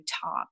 top